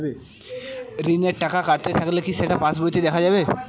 ঋণের টাকা কাটতে থাকলে কি সেটা পাসবইতে দেখা যাবে?